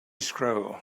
scroll